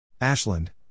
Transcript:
Ashland